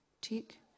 tick